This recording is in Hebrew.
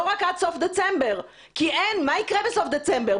לא רק עד סוף דצמבר כי מה יקרה בסוף דצמבר?